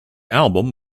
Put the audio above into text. album